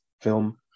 film